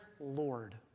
lord